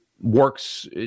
works